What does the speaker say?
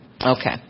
Okay